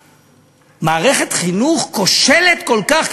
שמערכת חינוך כושלת כל כך,